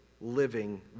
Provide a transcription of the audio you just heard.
living